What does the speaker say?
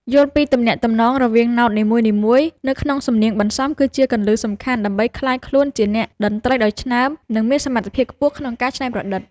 យល់ពីទំនាក់ទំនងរវាងណោតនីមួយៗនៅក្នុងសំនៀងបន្សំគឺជាគន្លឹះដ៏សំខាន់ដើម្បីក្លាយខ្លួនជាអ្នកតន្ត្រីដ៏ឆ្នើម និងមានសមត្ថភាពខ្ពស់ក្នុងការច្នៃប្រឌិត។